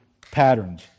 patterns